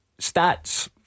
Stats